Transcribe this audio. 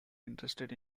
interested